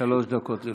שלוש דקות לרשותך.